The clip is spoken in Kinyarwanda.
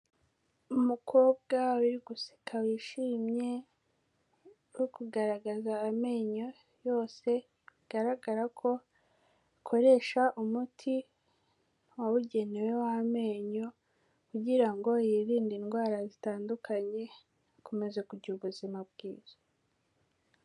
Umukobwa uri guseka wishimye, uri kugaragaza amenyo yose, bigaragara ko akoresha umuti wabugenewe w'amenyo kugira ngo yirinde indwara zitandukanye, akomeze kugira ubuzima bwiza.